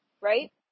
right